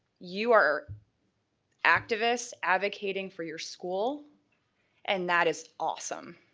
you are activists advocating for your school and that is awesome.